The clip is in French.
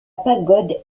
pagode